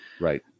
Right